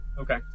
Okay